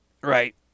Right